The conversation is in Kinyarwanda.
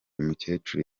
mukecuru